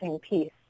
piece